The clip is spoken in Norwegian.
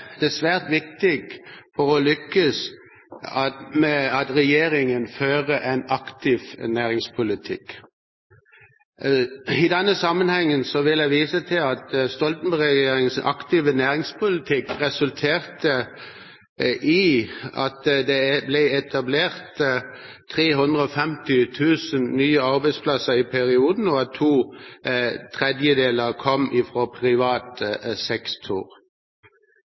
det svært viktig for å lykkes at regjeringen fører en aktiv næringspolitikk. I denne sammenhengen vil jeg vise til at Stoltenberg-regjeringens aktive næringspolitikk resulterte i at det ble etablert 350 000 nye arbeidsplasser i perioden, og at to tredjedeler kom fra privat sektor.